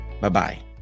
Bye-bye